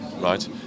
right